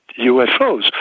UFOs